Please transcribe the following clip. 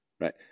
right